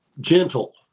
gentle